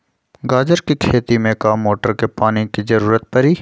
गाजर के खेती में का मोटर के पानी के ज़रूरत परी?